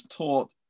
taught